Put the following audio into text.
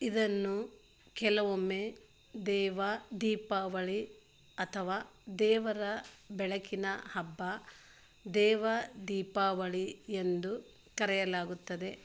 ಇದನ್ನು ಕೆಲವೊಮ್ಮೆ ದೇವ ದೀಪಾವಳಿ ಅಥವಾ ದೇವರ ಬೆಳಕಿನ ಹಬ್ಬ ದೇವ ದೀಪಾವಳಿ ಎಂದು ಕರೆಯಲಾಗುತ್ತದೆ